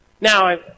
Now